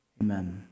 amen